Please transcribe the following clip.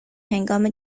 هنگام